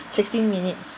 sixteen minutes